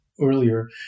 earlier